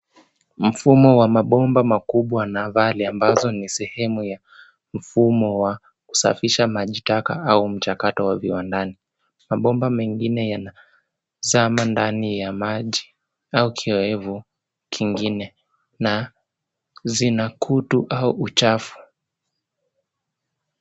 Mfumo wa mabomba makubwa na vali ambazo ni sehemu ya mfumo wa kusafisha maji taka au mchakato wa viwandani. Mabomba mengine yanazama ndani ya maji au kioevu kingine na zinakutu au uchafu.